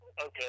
Okay